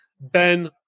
Ben